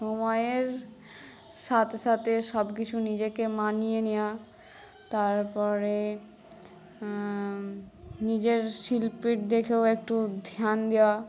সময়ের সাথে সাথে সব কিছু নিজেকে মানিয়ে নেওয়া তারপরে নিজের শিল্পের দিকেও একটু ধ্যান দেওয়া